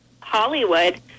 Hollywood